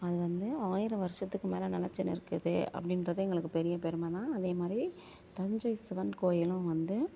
அது வந்து ஆயிரம் வருஷத்துக்கு மேல நெலச்சி நிற்கிது அப்படின்றது எங்களுக்கு பெரிய பெருமைதான் அதேமாதிரி தஞ்சை சிவன் கோவிலும் வந்து